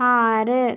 ആറ്